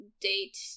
date